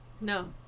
No